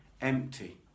empty